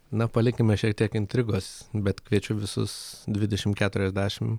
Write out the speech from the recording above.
na palikime šiek tiek intrigos bet kviečiu visus dvidešim keturiasdešim